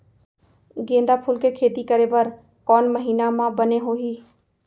गेंदा फूल के खेती शुरू करे बर कौन महीना मा बने होही?